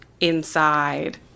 inside